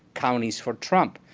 counties for trump.